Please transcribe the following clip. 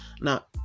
Now